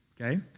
Okay